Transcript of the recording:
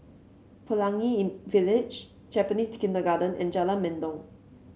Pelangi in Village Japanese Kindergarten and Jalan Mendong